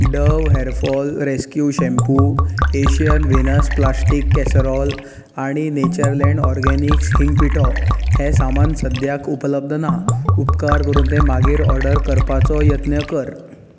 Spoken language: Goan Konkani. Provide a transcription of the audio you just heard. Dove hair fall rescue shampoo Asian Venus plastic casserole आणी नेचर लँड ऑरगॅनिक्स हिंग पिठो हें सामान सद्याक उपलब्ध ना उपकार करून तें मागीर ऑर्डर करपाचो यत्न कर